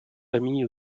famille